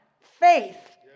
faith